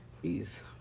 Please